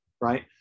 right